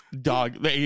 dog